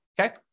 okay